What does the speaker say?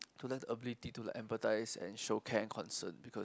to learn ability to like emphasize and show care concern because